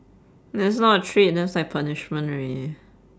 that's not treat that's like punishment already